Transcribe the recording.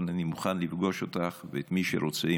אבל אני מוכן לפגוש אותך ואת מי שרוצה,